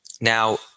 Now